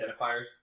identifiers